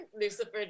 Lucifer